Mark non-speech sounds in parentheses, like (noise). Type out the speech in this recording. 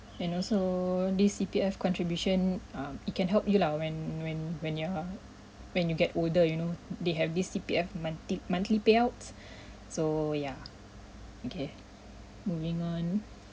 and also this C_P_F contribution um it can help you lah when when when you're when you get older you know they have this C_P_F monthy~ monthly payouts (breath) so yeah okay moving on